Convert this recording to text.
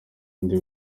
undi